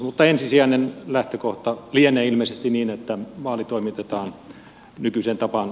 mutta ensisijainen lähtökohta lienee ilmeisesti niin että vaali toimitetaan nykyiseen tapaan